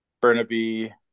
Burnaby